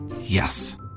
Yes